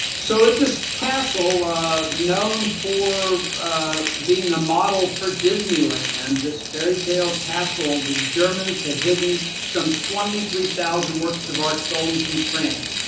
so at this castle ah known for being the model for disneyland, and this fairy tale castle, the germans had hidden some twenty three thousand works of art stolen from france.